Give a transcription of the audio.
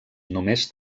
només